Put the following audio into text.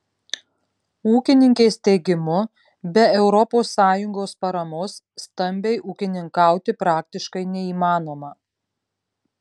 ūkininkės teigimu be europos sąjungos paramos stambiai ūkininkauti praktiškai neįmanoma